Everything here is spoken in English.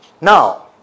Now